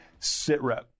SITREP